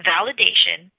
Validation